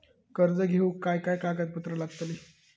कर्ज घेऊक काय काय कागदपत्र लागतली?